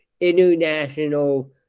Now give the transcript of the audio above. international